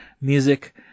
music